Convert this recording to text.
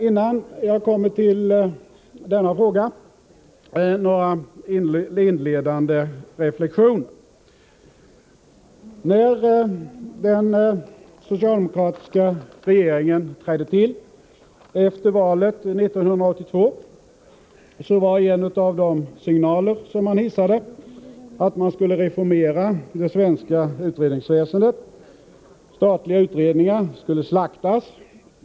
Innan jag kommer in på denna fråga har jag emellertid några inledande reflexioner. När den socialdemokratiska regeringen trädde till efter valet 1982, var en av de signaler man hissade att man skulle reformera det svenska utredningsväsendet. Statliga utredningar skulle slaktas.